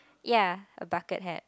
ya a bucket hat